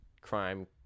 crime